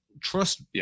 trust